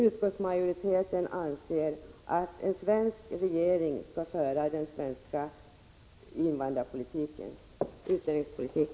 Utskottsmajoriteten anser att en svensk regering skall föra en svensk invandraroch utlänningspolitik.